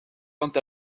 quant